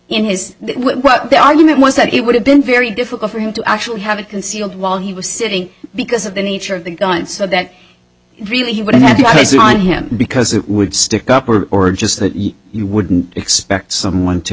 in his what the argument was that it would have been very difficult for him to actually have a concealed while he was sitting because of the nature of the gun so that really he wouldn't advise it on him because it would stick up or or just that you wouldn't expect someone to